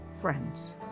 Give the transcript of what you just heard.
friends